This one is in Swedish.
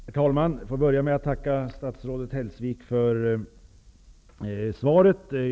Herr talman! Jag vill börja med att tacka statsrådet Hellsvik för svaret.